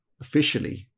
officially